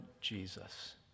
Jesus